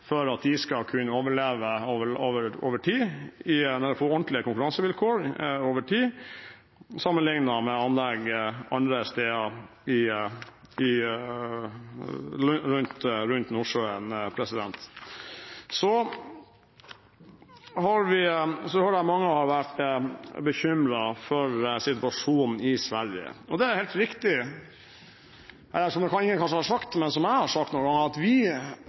for at de skal kunne overleve over tid, få ordentlige konkurransevilkår over tid, sammenlignet med anlegg andre steder rundt Nordsjøen. Så hører jeg at mange har vært bekymret for situasjonen i Sverige. Det er helt riktig – kanskje ingen har sagt det, men jeg har sagt det noen ganger – at vi,